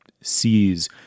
sees